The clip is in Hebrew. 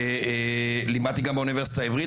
ולימדתי גם באוניברסיטה העברית,